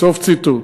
סוף ציטוט.